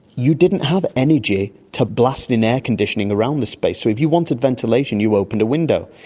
you didn't have energy to blast in air-conditioning around the space, so if you wanted ventilation you opened a window.